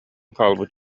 хаалбыт